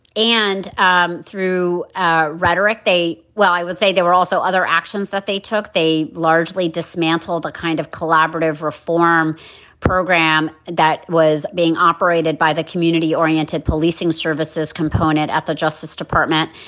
and um through ah rhetoric, they. well, i would say there were also other actions that they took. they largely dismantled the kind of collaborative reform program that was being operated by the community oriented policing services component at the justice department.